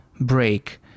break